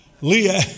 Leah